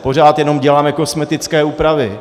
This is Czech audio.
Pořád jenom děláme kosmetické úpravy.